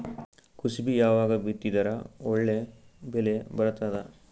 ಕುಸಬಿ ಯಾವಾಗ ಬಿತ್ತಿದರ ಒಳ್ಳೆ ಬೆಲೆ ಬರತದ?